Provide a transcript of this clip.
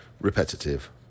repetitive